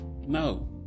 no